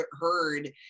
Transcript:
heard